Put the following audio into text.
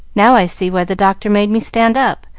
now i see why the doctor made me stand up,